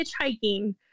hitchhiking